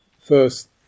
first